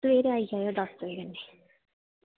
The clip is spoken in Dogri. ते सबैह्रे आई जायो दस्स बजे कन्नै